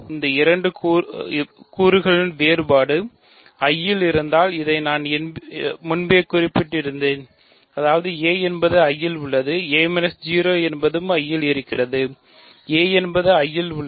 இந்த இரண்டு கூறுகளின் வேறுபாடு I இல் இருந்தால் இதை நான் முன்பே குறிப்பிட்டேன் அதாவது a என்பது I உள்ளது a 0 என்பதுவும் I இல் இருக்கின்றது a என்பது I இல் உள்ளது